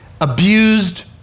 abused